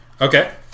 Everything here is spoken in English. Okay